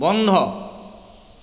বন্ধ